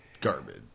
garbage